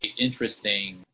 interesting